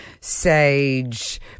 sage